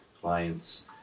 clients